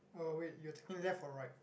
oh wait you are taking left or right